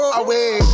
away